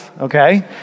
okay